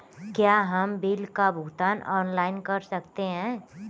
क्या हम बिल का भुगतान ऑनलाइन कर सकते हैं?